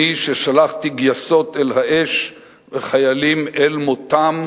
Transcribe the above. אני ששלחתי גייסות אל האש וחיילים אל מותם,